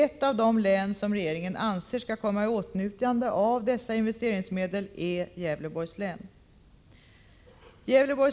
Ett av de län som regeringen anser skall komma i åtnjutande av dessa Gävleborgs